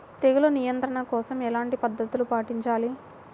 తెగులు నియంత్రణ కోసం ఎలాంటి పద్ధతులు పాటించాలి?